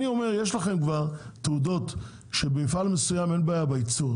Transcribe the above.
אבל טוען שאם יש לכם כבר תעודות של מפעל מסוים שאין בו בעיות בייצור,